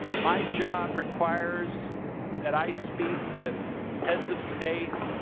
my job requires that i speak with heads of state,